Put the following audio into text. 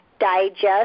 digest